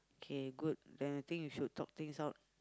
k good then I think you should talk things out